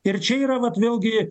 ir čia yra vat vėlgi